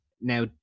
now